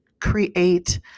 create